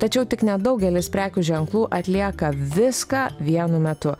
tačiau tik nedaugelis prekių ženklų atlieka viską vienu metu